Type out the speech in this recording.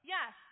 Yes